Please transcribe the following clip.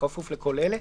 ובכפוף לכל אלה: